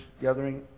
gathering